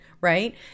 right